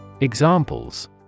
Examples